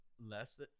less